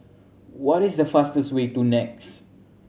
what is the fastest way to NEX